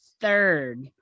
third